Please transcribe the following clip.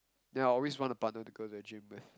then I always want a partner to go to the gym with